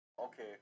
Okay